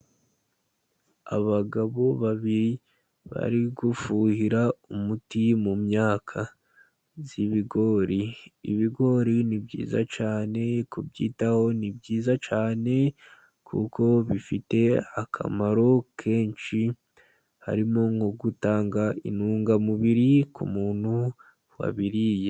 Abagabo babiri, bari gufuhira umuti mu myaka y'ibigori, ibigori ni byiza cyane, kubyitaho ni byiza cyane, kuko bifite akamaro kenshi, harimo nko gutanga intungamubiri ku muntu wabiriye.